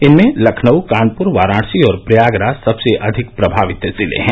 इनमें लखनऊ कानपुर वाराणसी और प्रयागराज सबसे अधिक प्रमावित जिले हैं